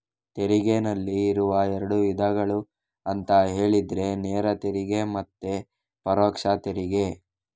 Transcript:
ತೆರಿಗೆನಲ್ಲಿ ಇರುವ ಎರಡು ವಿಧಗಳು ಅಂತ ಹೇಳಿದ್ರೆ ನೇರ ತೆರಿಗೆ ಮತ್ತೆ ಪರೋಕ್ಷ ತೆರಿಗೆ